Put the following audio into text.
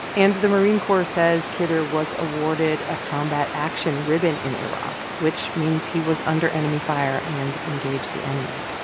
and the marine corps says kidder was awarded a combat action ribbon in iraq, which means he was under enemy fire and engaged the enemy.